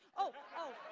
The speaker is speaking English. oh,